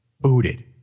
booted